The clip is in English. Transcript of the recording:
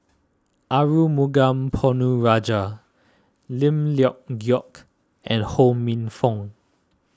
Arumugam Ponnu Rajah Lim Leong Geok and Ho Minfong